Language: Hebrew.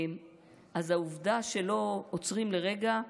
אז העובדה שלא עוצרים לרגע,